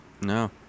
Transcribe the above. no